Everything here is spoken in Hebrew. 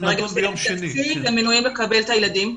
ברגע שאין תקציב הם מנועים מלקבל את הילדים.